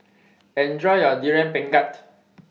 Enjoy your Durian Pengat